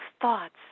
thoughts